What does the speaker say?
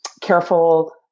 careful